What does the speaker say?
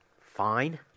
fine